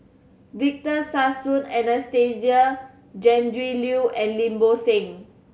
Victor Sassoon Anastasia Tjendri Liew and Lim Bo Seng